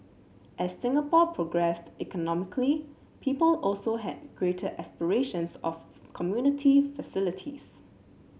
as Singapore progressed economically people also had greater aspirations of community facilities